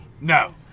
no